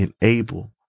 enable